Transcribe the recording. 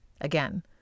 Again